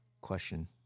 question